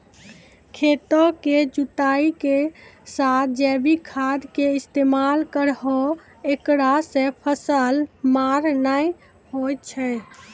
खेतों के जुताई के साथ जैविक खाद के इस्तेमाल करहो ऐकरा से फसल मार नैय होय छै?